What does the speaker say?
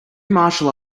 martial